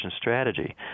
strategy